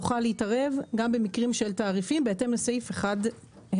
נוכל להתערב גם במקרים של תעריפים בהתאם לסעיף 1ה(ג).